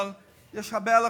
אבל יש הרבה הלכות,